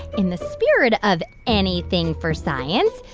in the spirit of anything for science,